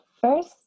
first